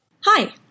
Hi